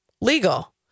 legal